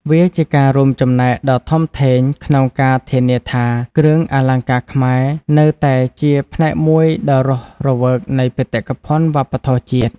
វាជាការរួមចំណែកដ៏ធំធេងក្នុងការធានាថាគ្រឿងអលង្ការខ្មែរនៅតែជាផ្នែកមួយដ៏រស់រវើកនៃបេតិកភណ្ឌវប្បធម៌ជាតិ។